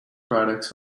products